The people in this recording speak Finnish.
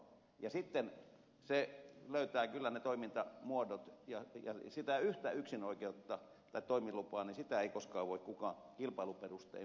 se sitten löytää kyllä ne toimintamuodot ja sitä yhtä yksinoikeutta tai toimilupaa ei koskaan voi kukaan kilpailuperustein moittia